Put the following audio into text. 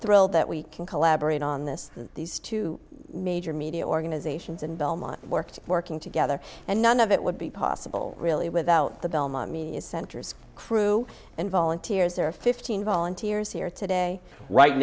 thrilled that we can collaborate on this these two major media organizations and belmont worked working together and none of it would be possible really without the belmont media centers crew and volunteers are fifteen volunteers here today right